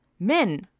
men